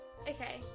Okay